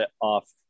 off